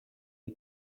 you